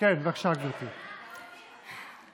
אוהבים אותך.